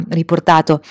riportato